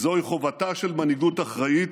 כי זוהי חובתה של מנהיגות אחראית.